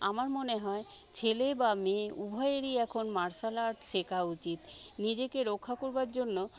আমার মনে হয় ছেলে বা মেয়ে উভয়েরই এখন মার্শাল আর্ট শেখা উচিৎ নিজেকে রক্ষা করবার জন্য